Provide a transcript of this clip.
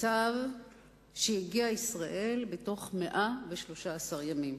למצב שאליו הגיעה ישראל בתוך 113 ימים.